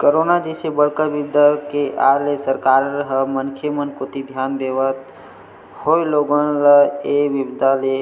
corona जइसे बड़का बिपदा के आय ले सरकार ह मनखे मन कोती धियान देवत होय लोगन ल ऐ बिपदा ले